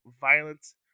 violence